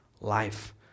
life